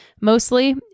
Mostly